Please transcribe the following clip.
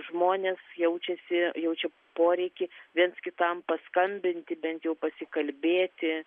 žmonės jaučiasi jaučia poreikį viens kitam paskambinti bent jau pasikalbėti